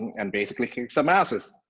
and basically kick some asses.